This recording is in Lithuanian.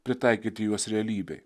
pritaikyti juos realybėj